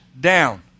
down